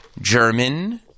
German